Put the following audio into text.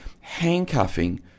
handcuffing